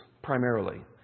Primarily